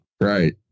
Right